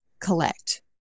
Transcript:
collect